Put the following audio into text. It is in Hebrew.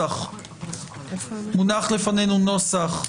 מונח לפנינו נוסח,